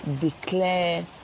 declare